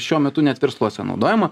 šiuo metu net versluose naudojama